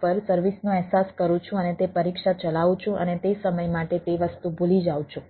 પર સર્વિસનો અહેસાસ કરું છું અને તે પરીક્ષા ચલાવું છું અને તે સમય માટે તે વસ્તુ ભૂલી જાઉં છું